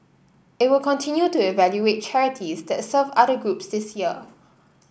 it will continue to evaluate charities that serve other groups this year